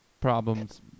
problems